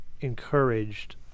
encouraged